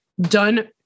done